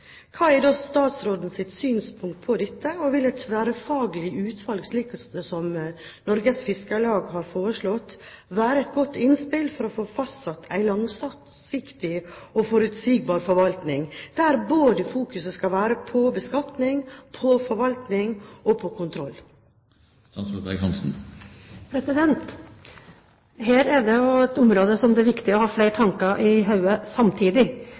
tverrfaglig utvalg, slik som Norges Fiskarlag har foreslått, være et godt innspill for å få fastsatt en langsiktig og forutsigbar forvaltning, der det skal fokuseres på både beskatning, forvaltning og kontroll? Dette er et område hvor det er viktig å ha flere tanker i hodet samtidig.